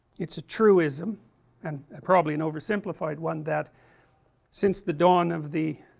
it's a truism and probably an oversimplfied one that since the dawn of the